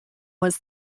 was